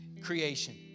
creation